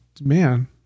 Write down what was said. man